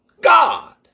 God